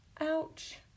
Ouch